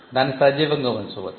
దానిని సజీవంగా ఉంచవచ్చు